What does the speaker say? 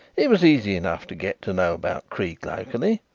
it was easy enough to get to know about creake locally.